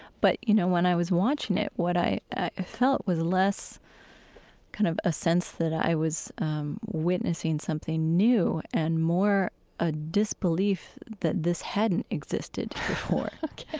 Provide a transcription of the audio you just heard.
but, you know, when i was watching it, what i felt was less kind of a sense that i was witnessing something new and more a disbelief that this hadn't existed before ok